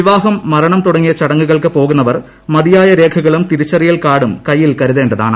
വിവാഹം മരണം തുടങ്ങിയ ചടങ്ങുകൾക്ക് പോകുന്നവർ മതിയായ രേഖകളും തിരിച്ചറിയൽ കാർഡും കൈയിൽ കരുതേണ്ടതാണ്